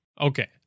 Okay